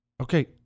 Okay